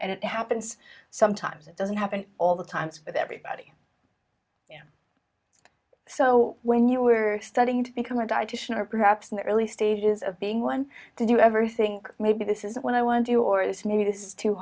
and it happens sometimes it doesn't happen all the times but everybody so when you were studying to become a dietician or perhaps in the early stages of being one did you ever think maybe this is what i want you or this meeting is too